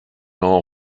all